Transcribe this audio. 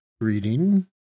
Reading